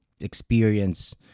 experience